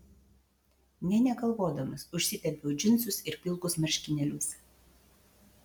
nė negalvodamas užsitempiau džinsus ir pilkus marškinėlius